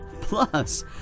Plus